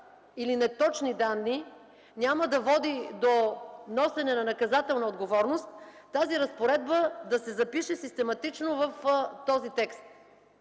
или неточни данни няма да води до носене на наказателна отговорност, тази отговорност да се запише систематично в този текст.